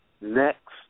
next